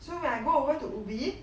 so when I go over to